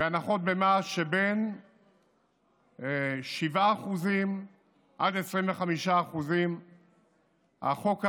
והנחות במס מ-7% עד 25%. החוק עבר,